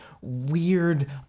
weird